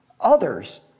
others